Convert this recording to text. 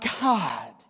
God